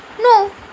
No